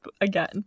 again